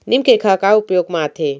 नीम cake ह का उपयोग मा आथे?